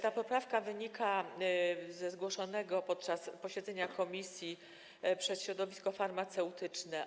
Ta poprawka wynika ze zgłoszonego podczas posiedzenia komisji przez środowisko farmaceutyczne.